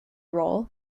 role